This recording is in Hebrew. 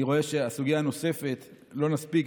אני רואה שאת הסוגיה הנוספת לא נספיק,